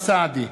אוסאמה סעדי,